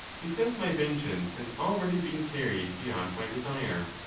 because my vengeance has already been carried beyond my desire.